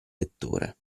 lettore